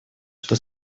что